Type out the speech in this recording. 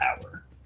power